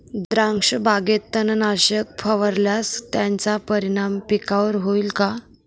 द्राक्षबागेत तणनाशक फवारल्यास त्याचा परिणाम पिकावर होईल का?